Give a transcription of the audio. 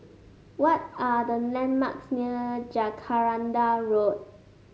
what are the landmarks near Jacaranda Road